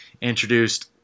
introduced